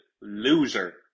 loser